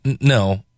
No